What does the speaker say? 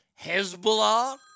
Hezbollah